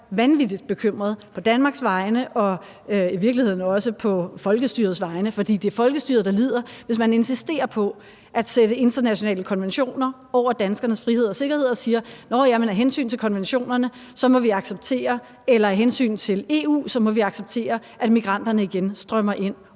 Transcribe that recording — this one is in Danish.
vanvittig bekymret på Danmarks vegne og i virkeligheden også på folkestyrets vegne. For det er folkestyret, der lider, hvis man insisterer på at sætte internationale konventioner over danskernes frihed og sikkerhed og siger: Nå ja, men af hensyn til konventionerne eller af hensyn til EU må vi acceptere, at migranterne igen strømmer ind,